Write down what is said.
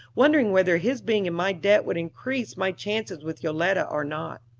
wondering whether his being in my debt would increase my chances with yoletta or not.